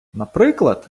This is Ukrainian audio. наприклад